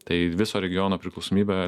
tai viso regiono priklausomybę